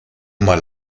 mal